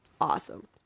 Awesome